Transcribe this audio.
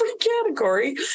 category